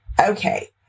Okay